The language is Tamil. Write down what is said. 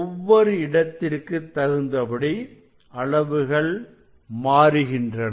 ஒவ்வொரு இடத்திற்குத் தகுந்தபடி அளவுகள் மாறுகின்றன